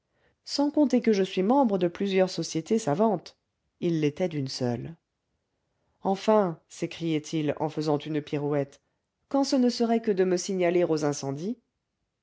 sans compter que je suis membre de plusieurs sociétés savantes il l'était d'une seule enfin s'écriait-il en faisant une pirouette quand ce ne serait que de me signaler aux incendies